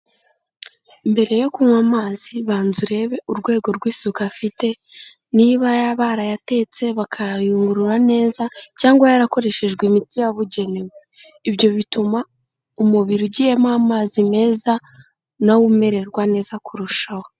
Mbere yo kunywa amazi banza urebe urwego rw'isuku afite, niba barayatetse bakayayungurura neza cyangwa yarakoreshejwe imiti yabugenewe, ibyo bituma umubiri ugiyemo amazi meza na wo umererwa neza kurushaho.